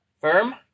firm